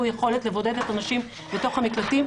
יכולת לבודד את הנשים בתוך המקלטים,